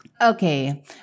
Okay